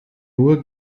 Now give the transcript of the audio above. nur